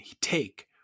take